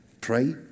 pray